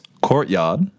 Courtyard